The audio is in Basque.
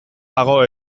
dago